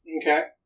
Okay